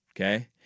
Okay